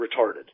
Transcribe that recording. retarded